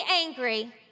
angry